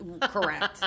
Correct